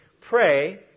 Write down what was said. pray